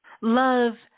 Love